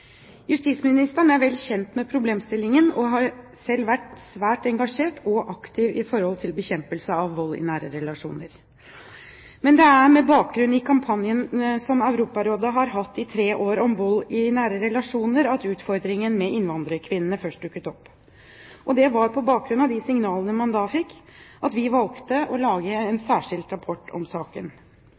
Justisministeren er vel kjent med problemstillingen og har selv vært svært engasjert og aktiv i forhold til bekjempelse av vold i nære relasjoner. Men det er med bakgrunn i kampanjen som Europarådet har hatt i tre år om vold i nære relasjoner, at utfordringen med innvandrerkvinnene først dukket opp, og det var på bakgrunn av de signalene man da fikk at vi valgte å lage en særskilt rapport om saken.